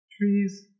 trees